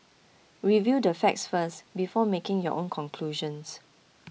review the facts first before making your own conclusions